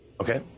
Okay